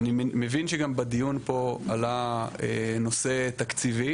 אני מבין שגם בדיון פה עלה נושא תקציבי.